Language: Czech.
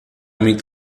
mít